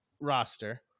roster